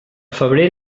febrer